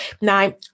Now